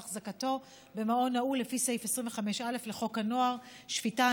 החזקתו במעון נעול לפי סעיף 25(א) לחוק הנוער (שפיטה,